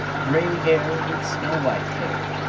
grey hair with snow-white hair,